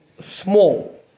small